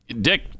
Dick